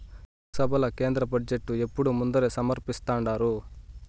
లోక్సభల కేంద్ర బడ్జెటు ఎప్పుడూ ముందరే సమర్పిస్థాండారు